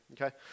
okay